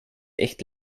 echt